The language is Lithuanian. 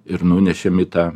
ir nunešėm į tą